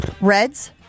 Reds